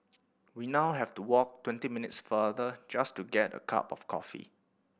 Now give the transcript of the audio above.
we now have to walk twenty minutes farther just to get a cup of coffee